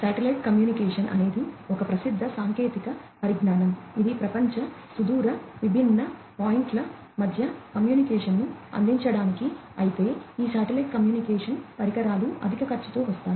satellite communication అనేది ఒక ప్రసిద్ధ సాంకేతిక పరిజ్ఞానం ఇది ప్రపంచ సుదూర విభిన్న పాయింట్ల మధ్య కమ్యూనికేషన్ను అందించడానికి అయితే ఈ శాటిలైట్ కమ్యూనికేషన్ పరికరాలు అధిక ఖర్చుతో వస్తాయి